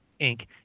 Inc